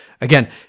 again